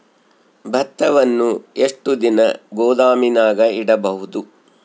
ಭತ್ತವನ್ನು ಎಷ್ಟು ದಿನ ಗೋದಾಮಿನಾಗ ಇಡಬಹುದು?